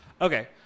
okay